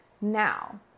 Now